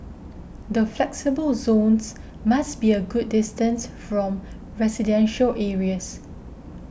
the flexible zones must be a good distance from residential areas